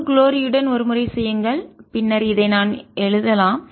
முழு குளோரியுடன் மகிமையுடன் ஒரு முறை செய்யுங்கள் பின்னர் இதை நான் எழுதலாம்